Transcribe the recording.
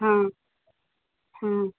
हां